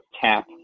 tap